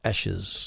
Ashes